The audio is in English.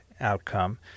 outcome